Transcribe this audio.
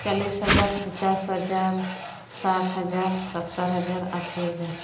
ᱪᱟᱞᱞᱤᱥ ᱦᱟᱡᱟᱨ ᱯᱚᱪᱟᱥ ᱦᱟᱡᱟᱨ ᱥᱟᱴ ᱦᱟᱡᱟᱨ ᱥᱚᱛᱛᱚᱨ ᱦᱟᱡᱟᱨ ᱟᱥᱤ ᱦᱟᱡᱟᱨ